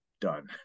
done